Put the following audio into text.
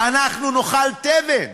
אנחנו נאכל תבן.